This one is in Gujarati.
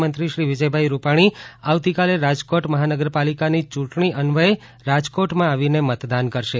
મુખ્યમંત્રી શ્રી વિજયભાઈ રૂપાણી આવતીકાલે રાજકોટ મહાનગરપાલિકાની ચૂંટણી અન્વયે રાજકોટમાં આવીને મતદાન કરશે